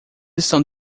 estão